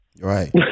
Right